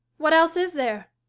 what else is there?